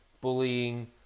bullying